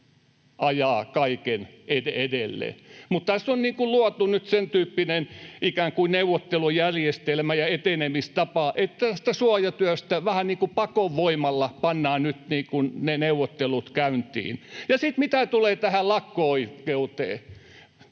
ajaa kaiken edelle. Mutta tässä on luotu nyt sentyyppinen ikään kuin neuvottelujärjestelmä ja etenemistapa, että tästä suojatyöstä vähän niin kuin pakon voimalla pannaan nyt neuvottelut käyntiin. Sitten mitä tulee tähän lakko-oikeuteen,